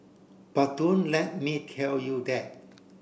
but don't let me tell you that